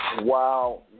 wow